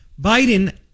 Biden